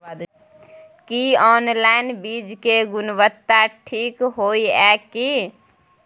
की online बीज के गुणवत्ता ठीक होय ये की?